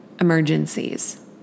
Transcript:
emergencies